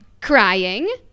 crying